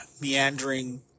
meandering